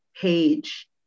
page